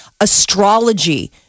astrology